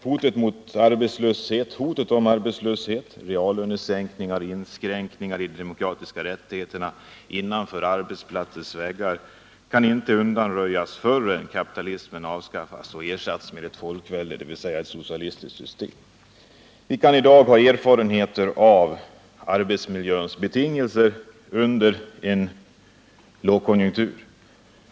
Hotet om arbetslöshet, reallönesänkningar och inskränkningar i demokratiska rättigheter innanför arbetsplatsens väggar kan inte undanröjas förrän kapitalismen har avskaffats och ersatts med ett folkvälde, dvs. ett socialistiskt system. Vi har i dag erfarenheter av arbetsmiljöns betingelser under en lågkonjunktur.